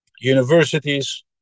Universities